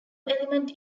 element